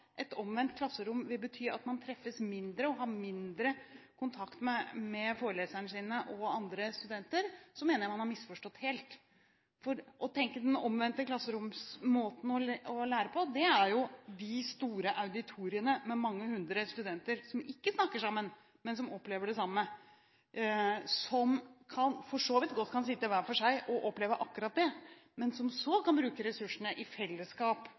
et omvendt klasserom betyr at man treffes mindre og har mindre kontakt med foreleserne sine og andre studenter, mener jeg at man har misforstått helt. Å tenke det omvendte klasserom, den måten å lære på, er jo de store auditoriene med mange hundre studenter som ikke snakker sammen, men som opplever det samme. De kan for så vidt godt sitte hver for seg og oppleve akkurat det, men så kan de bruke ressursene og møteplassene i fellesskap,